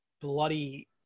bloody